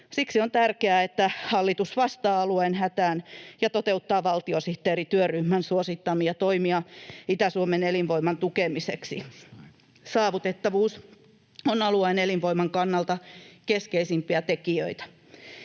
Siksi on tärkeää, että hallitus vastaa alueen hätään ja toteuttaa valtiosihteerityöryhmän suosittamia toimia Itä-Suomen elinvoiman tukemiseksi. Saavutettavuus on alueen elinvoiman kannalta keskeisimpiä tekijöitä.